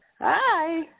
Hi